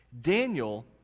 Daniel